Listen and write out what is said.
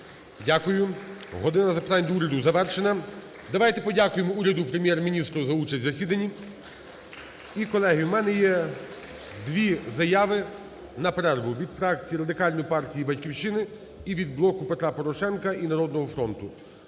Дякую. "Година запитань до Уряду" завершена. Давайте подякуємо уряду і Прем'єр-міністру за участь в засіданні. (Оплески) І, колеги, в мене є дві заяви на перерву: від фракції Радикальної партії і "Батьківщини" і від "Блоку Петра Порошенка" і "Народного фронту".